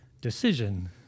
decision